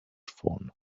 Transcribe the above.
phone